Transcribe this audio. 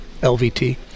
LVT